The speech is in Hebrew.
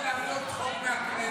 אתה רוצה לעשות צחוק מהכנסת, תעשה.